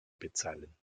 bezahlen